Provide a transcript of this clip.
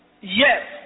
yes